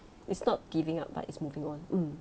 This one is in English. it's not giving up but it's moving on mm